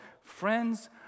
Friends